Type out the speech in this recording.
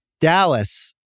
Dallas